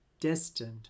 destined